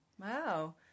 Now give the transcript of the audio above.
Wow